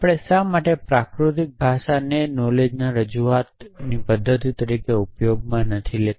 આપણે શા માટે પ્રાકૃતિક ભાષાને નોલેજ માટેની રજૂઆત પદ્ધતિ તરીકે ઉપયોગમાં નથી લેતા